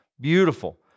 beautiful